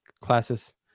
classes